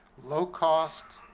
low-cost,